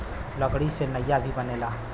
लकड़ी से नईया भी बनेला